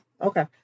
Okay